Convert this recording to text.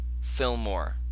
Fillmore